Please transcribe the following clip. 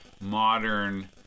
modern